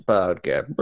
Podcast